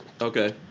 okay